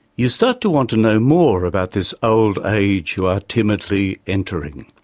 you start to want to know more about this old age you are timidly entering.